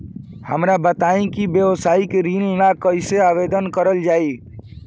हमरा बताई कि व्यवसाय ऋण ला कइसे आवेदन करल जाई?